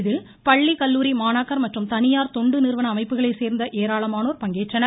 இதில் பள்ளி கல்லூரி மாணாக்கர் மற்றும் தனியார் தொண்டு நிறுவன அமைப்புகளைச் சேர்ந்த ஏராளமானோர் பங்கேற்றனர்